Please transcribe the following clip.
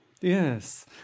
Yes